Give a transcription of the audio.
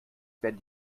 wenn